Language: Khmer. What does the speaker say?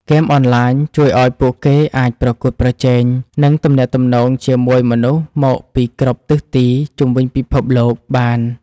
ហ្គេមអនឡាញជួយឱ្យពួកគេអាចប្រកួតប្រជែងនិងទំនាក់ទំនងជាមួយមនុស្សមកពីគ្រប់ទិសទីជុំវិញពិភពលោកបាន។